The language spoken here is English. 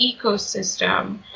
ecosystem